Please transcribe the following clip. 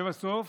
לבסוף